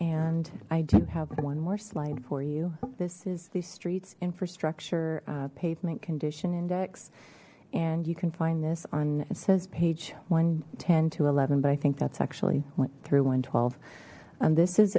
and i do have one more slide for you this is the streets infrastructure pavement condition index and you can find this on says page one ten to eleven but i think that's actually went through one twelve this is